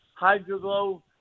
hydroglow